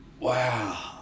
wow